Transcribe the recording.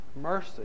Mercy